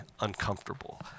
uncomfortable